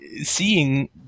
seeing